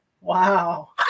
wow